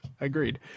Agreed